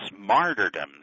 martyrdoms